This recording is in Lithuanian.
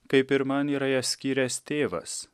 kaip ir man yra skyręs tėvas